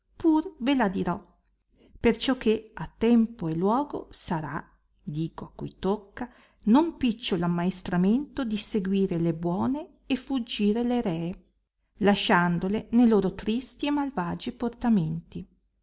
pur ve la dirò perciò che a tempo e luogo sarà dico a cui tocca non picciolo ammaestramento di seguire le buone e fuggire le ree lasciandole ne loro tristi e malvagi portamenti